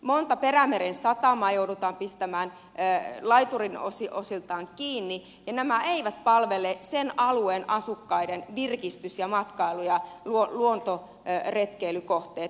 monta perämeren satamaa joudutaan pistämään laitureiden osalta kiinni ja tämä ei palvele sen alueen asukkaiden virkistys matkailu ja luontoretkeilykohteita